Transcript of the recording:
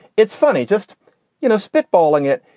it's funny just you know spitballing it.